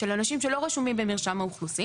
של אנשים שלא רשומים במרשם האוכלוסין